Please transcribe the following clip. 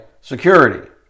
security